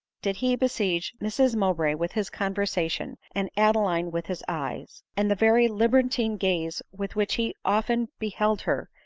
did he besiege mrs mowbray with his conversation, and adeline with his eyes and the very libertine gaze with which he often beheld her,